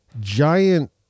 giant